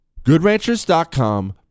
GoodRanchers.com